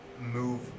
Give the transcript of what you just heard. move